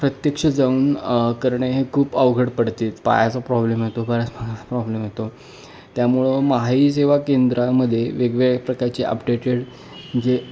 प्रत्यक्ष जाऊन करणे हे खूप अवघड पडते पायाचा प्रॉब्लेम येतो बऱ्याचदा प्रॉब्लेम येतो त्यामुळं माहाई सेवा केंद्रामध्ये वेगवेगळ्या प्रकारचे अपडेटेड जे